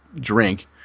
drink